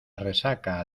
resaca